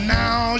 now